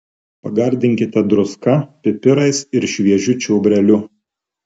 pagardinkite druska pipirais ir šviežiu čiobreliu